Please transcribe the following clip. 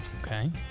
Okay